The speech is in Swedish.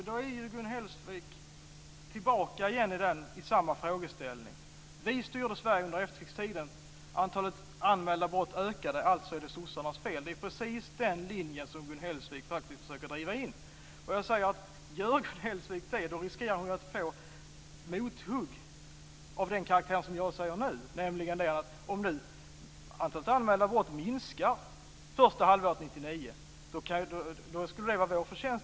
Fru talman! Gun Hellsvik är då tillbaka i samma frågeställning. Vi styrde Sverige under efterkrigstiden. Antalet anmälda brott ökade - alltså är det sossarnas fel. Det är precis den linjen som Gun Hellsvik faktiskt försöker driva. Jag har sagt att om Gun Hellsvik gör det riskerar hon att få mothugg av den karaktär som jag nu ska ge exempel på nu. Om antalet anmälda brott har minskat under det första halvåret 1999 skulle det i så fall vara vår förtjänst.